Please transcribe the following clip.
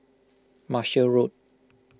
Marshall Road